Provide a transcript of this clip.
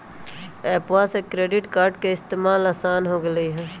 एप्पवा से credit card के इस्तेमाल असान हो गेलई ह